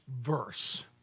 verse